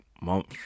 month